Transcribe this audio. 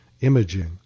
imaging